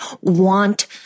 want